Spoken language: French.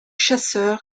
chasseur